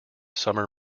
summer